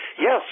Yes